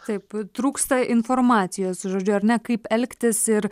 taip trūksta informacijos žodžiu ar ne kaip elgtis ir